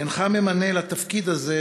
אינך ממנה לתפקיד הזה